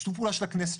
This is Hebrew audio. שיתוף פעולה של הכנסת,